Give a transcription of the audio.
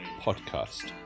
Podcast